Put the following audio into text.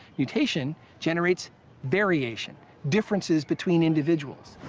mutation generates variation, differences between individuals.